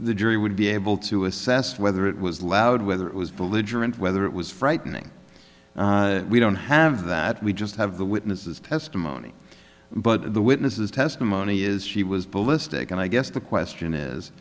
the jury would be able to assess whether it was loud whether it was belligerent whether it was frightening we don't have that we just have the witnesses testimony but the witnesses testimony is she was ballistic and i guess the question is